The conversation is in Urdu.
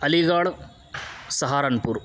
علی گڑھ سہارنپور